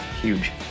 Huge